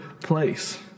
place